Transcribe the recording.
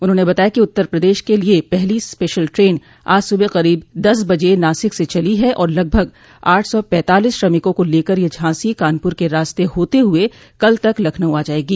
उन्होंने बताया कि उत्तर प्रदेश के लिये पहली स्पेशल टन आज सुबह करीब दस बजे नासिक से चली है और लगभग आठ सौ पैंतालीस श्रमिकों को लेकर यह झांसी कानपुर के रास्ते होते हुए कल तक लखनऊ आ जायेगी